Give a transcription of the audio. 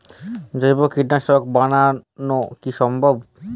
জৈব কীটনাশক বানানো কি সম্ভব?